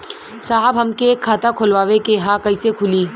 साहब हमके एक खाता खोलवावे के ह कईसे खुली?